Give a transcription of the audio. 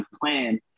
plan